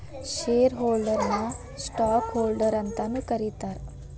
share ಹೋಲ್ಡರ್ನ ನ stock holder ಅಂತಾನೂ ಕರೇತಾರ